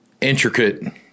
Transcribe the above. intricate